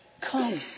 come